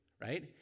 Right